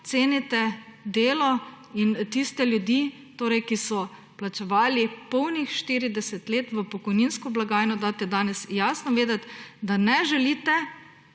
cenite delo in tiste ljudi, ki so plačevali polnih 40 let v pokojninsko blagajno, da daste danes jasno vedeti, da ne želite,